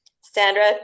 Sandra